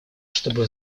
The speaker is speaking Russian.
чтобы